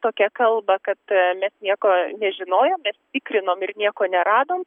tokią kalbą kad mes nieko nežinojom mes tikrinom ir nieko neradom